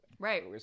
Right